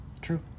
True